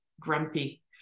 grumpy